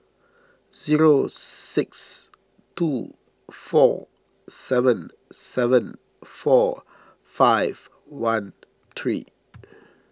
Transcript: zero six two four seven seven four five one three